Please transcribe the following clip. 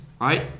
Right